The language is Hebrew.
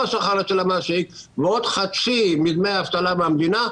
השכר מהמעסיק ועוד מחצית השכר מהמדינה.